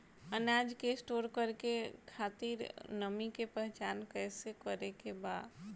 अनाज के स्टोर करके खातिर नमी के पहचान कैसे करेके बा?